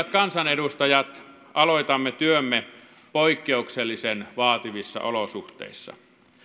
kansanedustajat aloitamme työmme poikkeuksellisen vaativissa olosuhteissa